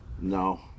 No